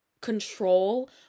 control